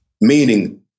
Meaning